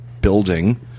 building